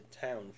town